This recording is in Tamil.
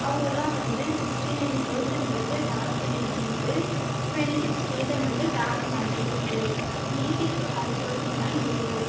அவங்கெல்லாம் வந்து சிக்ஸ்ட்டி நைன் பெர்ஸண்ட் வந்து டார்க் எனர்ஜி இருக்கு டுவெண்ட்டி சிக்ஸ் பர்சன் வந்து டார்க் மேட்டர் இருக்கு மீதி இருக்கற ஃபைவ் பர்சன் தான் யுனிவர்ஸ்